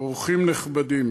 אורחים נכבדים,